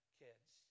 kids